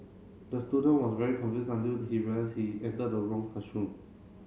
the student was very confused until he realised he entered the wrong classroom